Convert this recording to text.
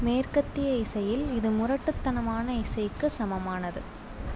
மேற்கத்திய இசையில் இது முரட்டுத்தனமான இசைக்கு சமமானது